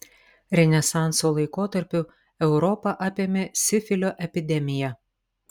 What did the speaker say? renesanso laikotarpiu europą apėmė sifilio epidemija